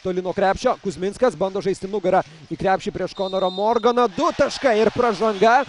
toli nuo krepšio kuzminskas bando žaisti nugara į krepšį prieš konorą morganą du taškai ir pražanga